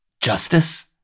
Justice